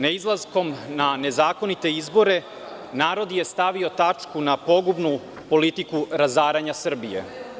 Neizlaskom na nezakonite izbore narod je stavio tačku na pogubnu politiku razaranja Srbije.